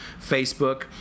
Facebook